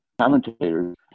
commentators